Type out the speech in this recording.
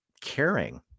caring